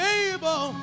able